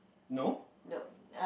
no